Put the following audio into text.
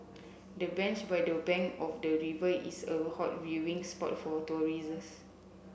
the bench by the bank of the river is a hot viewing spot for tourists